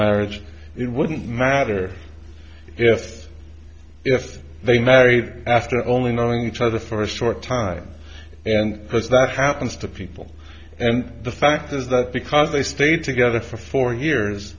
marriage it wouldn't matter if if they married after only knowing each other for a short time and that happens to people and the fact is that because they stayed together for four years